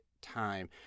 time